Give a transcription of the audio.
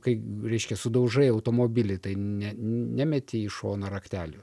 kai reiškia sudaužai automobilį ne nemeti į šoną raktelių